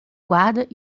guarda